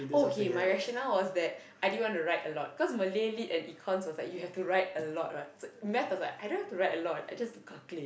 oh okay my rationale was that I didn't want to write a lot because Malay Lit and Econs was like you have to write a lot what maths was like I don't have to write a lot I just to calculate